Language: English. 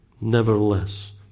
nevertheless